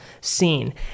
scene